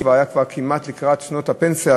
כשהוא כבר היה כמעט לקראת שנות הפנסיה,